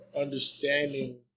understanding